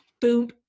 Boom